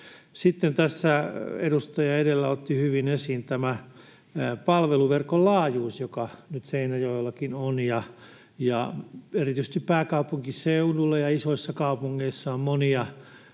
Sitten tässä edustaja edellä otti hyvin esiin tämän palveluverkon laajuuden, joka nyt Seinäjoellakin on, ja erityisesti pääkaupunkiseudulla ja isoissa kaupungeissa on monia